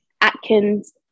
Atkins